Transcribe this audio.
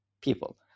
people